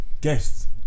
guest